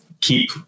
Keep